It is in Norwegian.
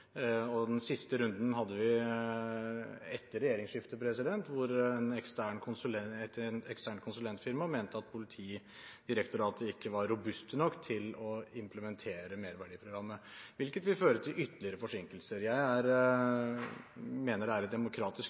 Den siste runden hadde vi etter regjeringsskiftet, etter at et eksternt konsulentfirma mente at Politidirektoratet ikke var robust nok til å implementere Merverdiprogrammet, hvilket vil føre til ytterligere forsinkelser. Jeg mener det er et demokratisk